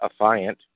affiant